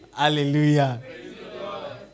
Hallelujah